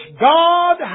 God